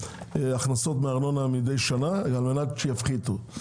ההכנסות בארנונה מדי שנה על מנת שיפחיתו.